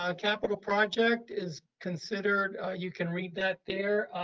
um capital project is considered, you can read that there.